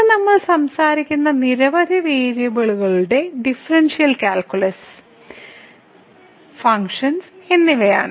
ഇന്ന് നമ്മൾ സംസാരിക്കുന്നത് നിരവധി വേരിയബിളുകളുടെ ഡിഫറൻഷ്യൽ കാൽക്കുലസ് ഫംഗ്ഷനുകൾ എന്നിവയാണ്